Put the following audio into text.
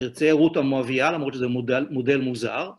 יוצא רות המואביה למרות שזה מודל מוזר.